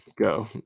Go